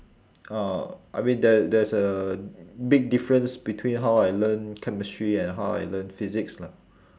uh I mean there's there's a big difference between how I learn chemistry and how I learn physics lah